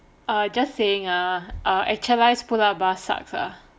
err just saying ah err actualize pull up bar sucks ah